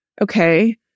okay